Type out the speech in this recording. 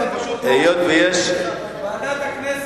ועדת הכלכלה, כי זה עוסק בתחבורה ימית.